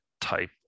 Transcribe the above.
Type